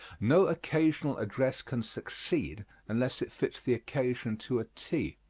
no occasional address can succeed unless it fits the occasion to a t.